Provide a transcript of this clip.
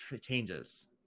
changes